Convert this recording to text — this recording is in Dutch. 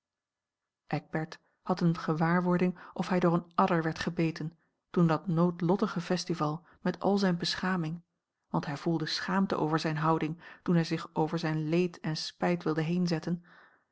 eckbert had eene gewaarwording of hij door een adder werd gebeten toen dat noodlottige festival met al zijne beschaming want hij voelde schaamte over zijne houding toen hij zich over zijn leed en spijt wilde